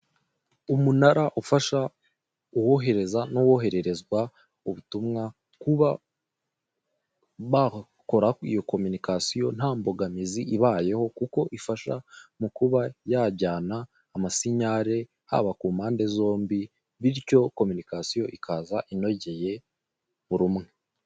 Umunara ufasha uwohereza n'uwohererezwa ubutumbwa kuba bakora iyo kominikasiyo nta mbogamizi ibayeho kuko ifasha mu kuba yajyana amasinyare haba ku mpande zombi, bityo kominikasiyo ikaza inogeye buri umwe.